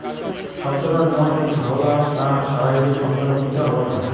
সোন্তোরার নোয়া থাকি ধওলা আশ না সারাইলে সোন্তোরা তিতা হবার পায়